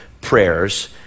prayers